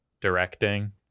directing